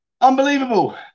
Unbelievable